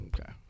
Okay